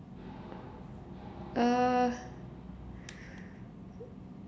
uh